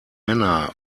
männer